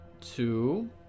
two